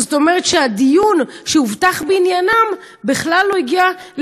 כלומר הדיון שהובטח בעניינם בכלל לא הגיע,